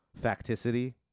facticity